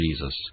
Jesus